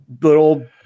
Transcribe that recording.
little